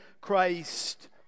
Christ